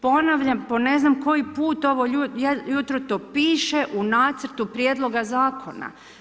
Ponavljam po ne znam koji put ovo jutro, to piše u Nacrtu prijedloga Zakona.